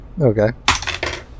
Okay